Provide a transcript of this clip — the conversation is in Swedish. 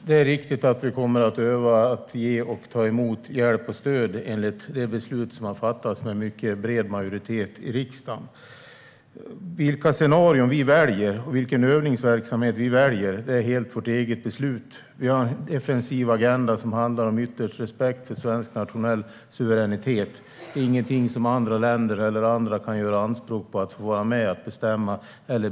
Herr talman! Det är riktigt att vi kommer att öva på att ge och ta emot hjälp och stöd enligt det beslut som har fattats med mycket bred majoritet i riksdagen. Vilka scenarier och vilken övningsverksamhet vi väljer är helt vårt eget beslut. Vi har en offensiv agenda som ytterst handlar om respekt för svensk nationell suveränitet. Det är ingenting som andra länder kan göra anspråk på att vara med och besluta om.